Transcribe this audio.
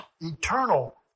Eternal